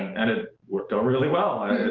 and it worked out really well!